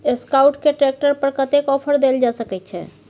Escort के tractor पर कतेक ऑफर दैल जा सकेत छै?